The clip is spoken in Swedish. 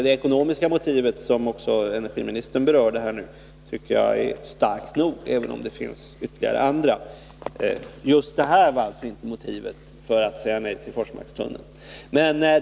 Det ekonomiska motivet, som också energiministern berörde här nyss, tycker jag är starkt nog, även om det finns andra också. Just det motivet var alltså inte det som föranledde mig att säga nej till Forsmark.